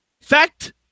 Fact